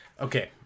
okay